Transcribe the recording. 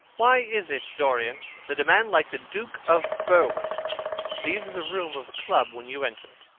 why is it, dorian, that a man like the duke of berwick leaves the room of a club when you enter it?